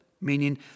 meaning